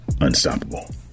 unstoppable